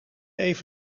even